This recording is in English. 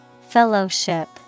Fellowship